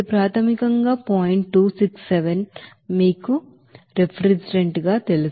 267 మీకు ఆవిరి రిఫ్రిజిరెంట్ తెలుసు